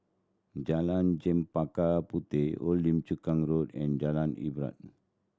Jalan Chempaka Puteh Old Lim Chu Kang Road and Jalan Ibadat